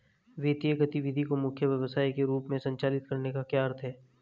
वित्तीय गतिविधि को मुख्य व्यवसाय के रूप में संचालित करने का क्या अर्थ है?